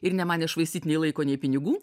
ir nemanė švaistyt nei laiko nei pinigų